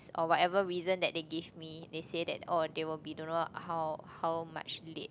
or whatever reason that they gave me they say that oh they will be don't know how how much late